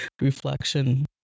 Reflection